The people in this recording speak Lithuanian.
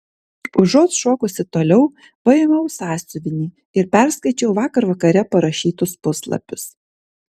užuot šokusi toliau paėmiau sąsiuvinį ir perskaičiau vakar vakare parašytus puslapius